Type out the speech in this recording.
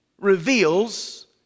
reveals